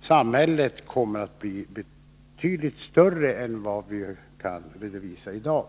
samhället kommer att bli betydligt större än dem vi kan redovisa i dag.